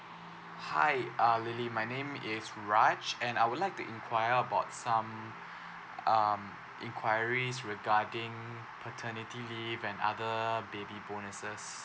hi uh lily my name is raj and I would like to inquire about some um inquiries regarding paternity leave and other baby bonuses